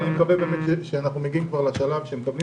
אבל אני מקווה שאנחנו מגיעים כבר לשלב שמקבלים